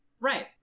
Right